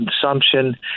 consumption